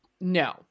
no